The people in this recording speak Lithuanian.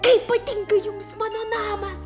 kaip patinka jums mano namas